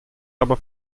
aber